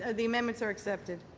ah the amendments are accepted.